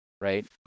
right